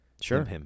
Sure